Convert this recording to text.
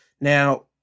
Now